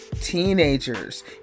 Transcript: teenagers